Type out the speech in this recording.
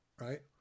Right